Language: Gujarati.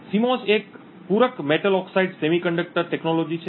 CMOS એક પૂરક મેટલ ઓકસાઈડ સેમિકન્ડક્ટર ટેકનોલોજી છે